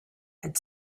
had